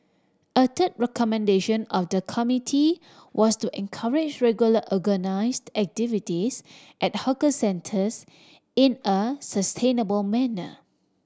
a third recommendation of the committee was to encourage regular organised activities at hawker centres in a sustainable manner